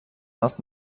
нас